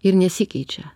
ir nesikeičia